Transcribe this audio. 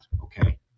Okay